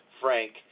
Frank